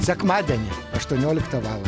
sekmadienį aštuonioliktą valandą